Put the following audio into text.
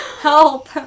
Help